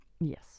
Yes